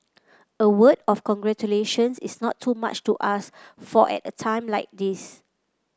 a word of congratulations is not too much to ask for at a time like this